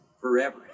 forever